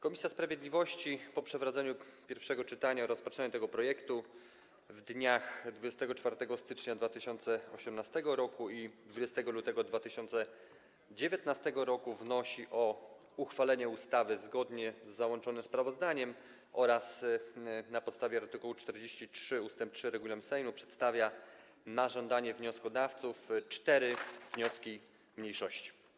Komisja sprawiedliwości po przeprowadzeniu pierwszego czytania oraz rozpatrzeniu tego projektu w dniach 24 stycznia 2018 r. i 20 lutego 2019 r. wnosi o uchwalenie ustawy zgodnie z załączonym sprawozdaniem oraz na podstawie art. 43 ust. 3 regulaminu Sejmu przedstawia na żądanie wnioskodawców cztery wnioski mniejszości.